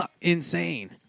insane